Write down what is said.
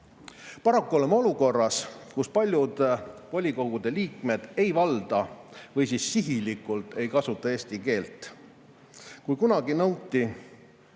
Paraku oleme olukorras, kus paljud volikogude liikmed ei valda või sihilikult ei kasuta eesti keelt. Kui kunagi nõuti